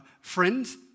friends